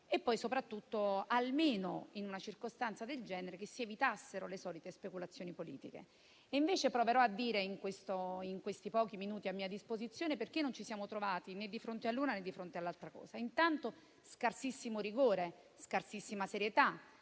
e soprattutto, almeno in una circostanza del genere, che si evitassero le solite speculazioni politiche. E invece proverò a dire in questi pochi minuti a mia disposizione perché non ci siamo trovati di fronte né all'una né all'altra cosa. Intanto, vi sono stati scarsissimo rigore e scarsissima serietà